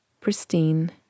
pristine